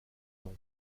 nom